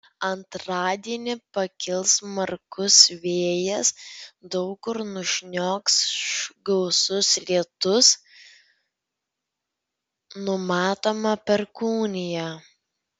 antradienį pakils smarkus vėjas daug kur nušniokš gausus lietus numatoma perkūnija